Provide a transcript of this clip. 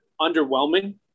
underwhelming